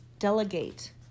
Delegate